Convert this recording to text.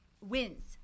wins